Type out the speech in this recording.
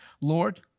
Lord